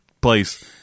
place